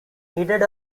needed